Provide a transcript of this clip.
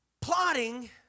plotting